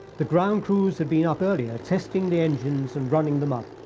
the ground crews had been up earlier testing the engines and running them up.